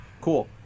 Cool